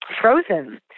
frozen